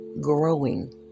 growing